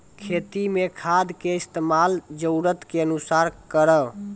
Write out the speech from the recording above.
खेती मे खाद के इस्तेमाल जरूरत के अनुसार करऽ